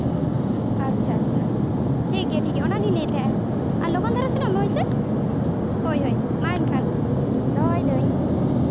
ᱟᱪᱪᱷᱟ ᱟᱪᱪᱷᱟ ᱴᱷᱤᱠ ᱜᱮᱭᱟ ᱴᱷᱤᱠ ᱜᱮᱭᱟ ᱚᱱᱟ ᱜᱤᱧ ᱞᱟᱹᱭᱮᱫ ᱛᱟᱦᱮᱱᱟ ᱟᱨ ᱞᱚᱜᱚᱱ ᱫᱷᱟᱨᱟ ᱥᱮᱱᱚᱜ ᱢᱮ ᱦᱳᱭᱥᱮ ᱦᱳᱭ ᱦᱳᱭ ᱢᱟ ᱮᱱᱠᱷᱟᱱ ᱫᱚᱦᱚᱭ ᱫᱟᱹᱧ